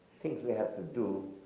things we have to do,